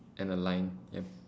and a line yup